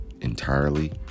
entirely